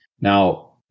now